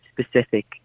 specific